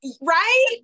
Right